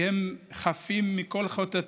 כי הם חפים מכל חטאת,